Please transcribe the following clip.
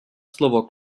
slovo